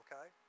Okay